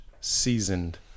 seasoned